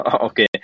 okay